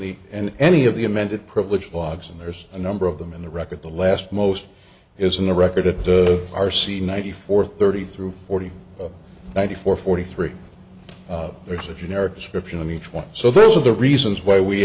the in any of the amended privilege wives and there's a number of them in the record the last most is in the record of our c ninety four thirty through forty ninety four forty three there's a generic description of each one so those are the reasons why we